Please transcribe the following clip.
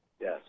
yes